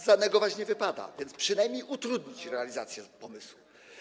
Zanegować nie wypada, więc przynajmniej trzeba utrudnić realizację pomysłu.